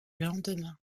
lendemain